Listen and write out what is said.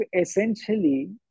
essentially